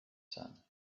sun